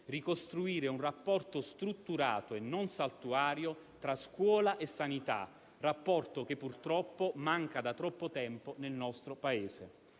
ricostruire un rapporto strutturato e non saltuario tra scuola e sanità, che purtroppo manca da troppo tempo nel nostro Paese.